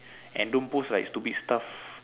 and don't post like stupid stuff